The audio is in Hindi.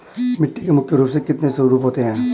मिट्टी के मुख्य रूप से कितने स्वरूप होते हैं?